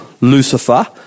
Lucifer